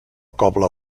cobla